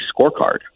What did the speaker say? scorecard